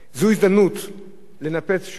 זו הזדמנות לנפץ שוב